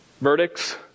verdicts